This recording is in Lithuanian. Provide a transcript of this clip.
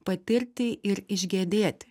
patirti ir išgedėti